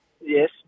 Yes